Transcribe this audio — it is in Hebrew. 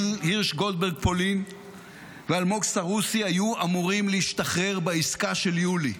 הרש גולדברג פולין ואלמוג סרוסי היו אמורים להשתחרר בעסקה של יולי.